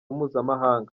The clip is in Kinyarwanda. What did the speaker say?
mpuzamahanga